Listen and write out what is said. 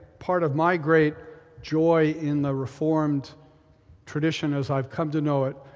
part of my great joy in the reformed tradition as i've come to know it.